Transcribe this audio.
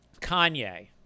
Kanye